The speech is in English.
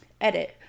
Edit